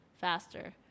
faster